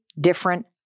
different